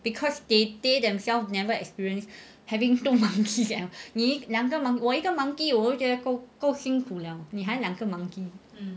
because they they themselves never experience having two monkeys 我一个 monkey 我都已经觉得够辛苦 liao 你还两个 monkey